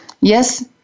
Yes